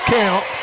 count